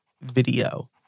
video